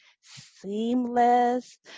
seamless